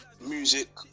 music